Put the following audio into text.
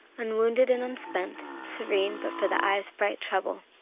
unwounded and unspent, serene but for the eye's bright trouble,